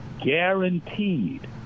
guaranteed